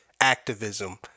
activism